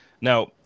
Now